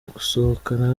gusohokana